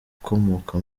ukomoka